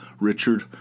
richard